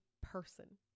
person